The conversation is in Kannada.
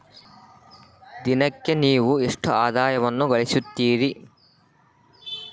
ದಿನಕ್ಕೆ ನೇವು ಎಷ್ಟು ಆದಾಯವನ್ನು ಗಳಿಸುತ್ತೇರಿ?